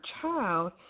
child